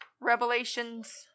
Revelations